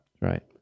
Right